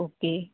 okay